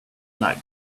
lag